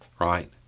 right